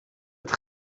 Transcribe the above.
het